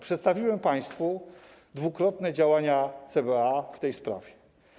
Przedstawiłem państwu dwukrotne działania CBA w tej sprawie.